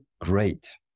great